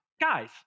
guys